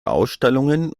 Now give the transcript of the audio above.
ausstellungen